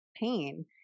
pain